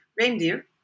reindeer